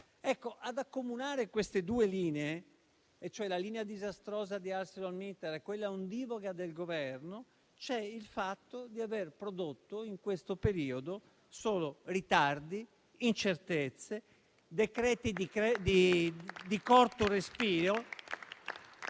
Ad accomunare queste due linee, cioè la linea disastrosa di ArcelorMittal e quella ondivaga del Governo, c'è il fatto di aver prodotto, in questo periodo, solo ritardi, incertezze, decreti di corto respiro,